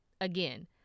Again